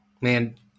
Man